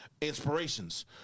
inspirations